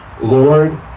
Lord